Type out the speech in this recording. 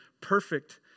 perfect